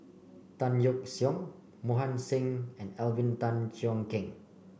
Tan Yeok Seong Mohan Singh and Alvin Tan Cheong Kheng